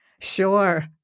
Sure